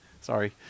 Sorry